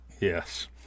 Yes